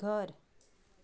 घर